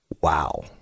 Wow